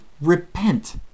repent